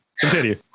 continue